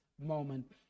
moment